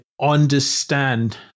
understand